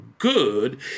Good